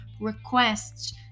requests